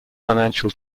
financial